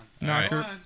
Knocker